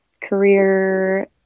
career